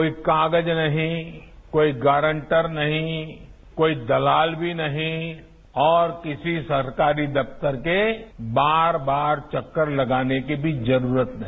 कोई कागज नहीं कोई गारंटर नहीं कोई दलाल भी नहीं और किसी सरकारी दफ्तर के बार बार चक्कर लगाने की भी जरूरत नहीं